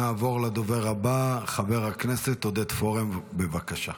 נעבור לדובר הבא, חבר הכנסת עודד פורר, בבקשה.